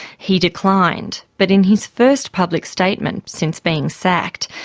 he declined, but in his first public statement since being sacked,